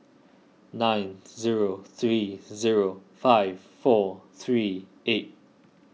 nine zero three zero five four three eight